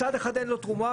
מצד אחד אין לו תרומה,